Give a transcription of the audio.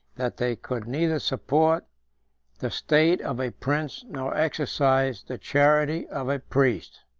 that they could neither support the state of a prince, nor exercise the charity of a priest.